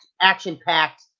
action-packed